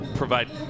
provide